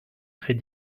très